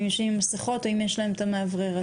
אם יושבים עם מסכות או אם יש להם את המאוורר הזה?